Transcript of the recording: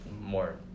more